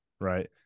Right